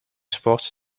sport